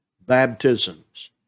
baptisms